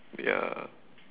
ya